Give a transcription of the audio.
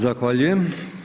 Zahvaljujem.